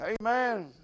Amen